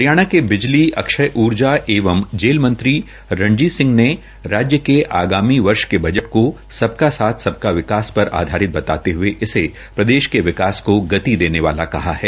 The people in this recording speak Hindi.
हरियाणा के बिजली अक्षय ऊर्जा एवं जेल मंत्री णजीत सिंह ने राज्य के आगामी वर्ष के बजट को सबका साथ सबका विकास पर आधारित बताते हुए इसे प्रदेश के विकास को गति देने वाला कहा है